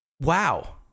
Wow